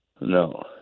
No